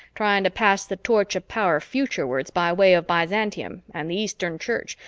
trying to pass the torch of power futurewards by way of byzantium and the eastern church,